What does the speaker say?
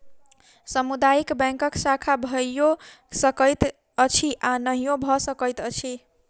सामुदायिक बैंकक शाखा भइयो सकैत अछि आ नहियो भ सकैत अछि